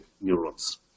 neurons